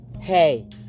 hey